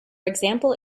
example